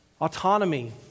autonomy